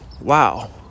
wow